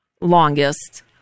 longest